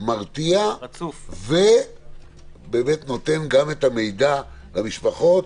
מרתיע ובאמת נותן גם את המידע למשפחות,